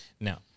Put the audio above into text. Now